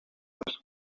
was